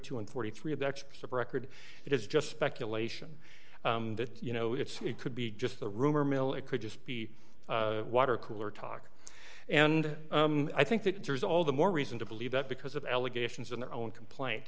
two and forty three of the experts of record it is just speculation that you know it could be just a rumor mill it could just be water cooler talk and i think that there's all the more reason to believe that because of allegations in their own complaint